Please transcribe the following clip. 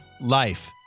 Life